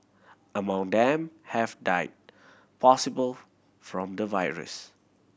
among them have died possible from the virus